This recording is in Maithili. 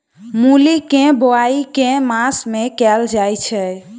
मूली केँ बोआई केँ मास मे कैल जाएँ छैय?